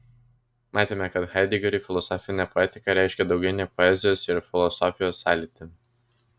matėme kad haidegeriui filosofinė poetika reiškia daugiau nei poezijos ir filosofijos sąlytį